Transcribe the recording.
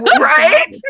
Right